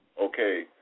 Okay